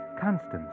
Constance